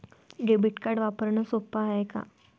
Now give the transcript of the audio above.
Debit card वापरणं सोप हाय का?